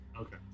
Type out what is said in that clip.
Okay